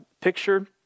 picture